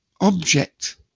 object